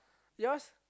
yours